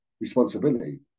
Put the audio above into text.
responsibility